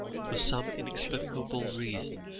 for some inexplicable reason,